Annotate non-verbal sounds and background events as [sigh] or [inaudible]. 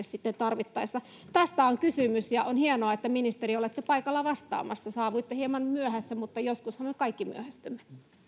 [unintelligible] sitten tarvittaessa tästä on kysymys ja on hienoa ministeri että olette paikalla vastaamassa saavuitte hieman myöhässä mutta joskushan me kaikki myöhästymme